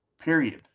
period